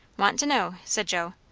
want to know, said joe.